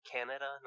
Canada